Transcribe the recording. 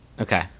Okay